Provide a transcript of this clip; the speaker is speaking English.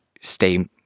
stay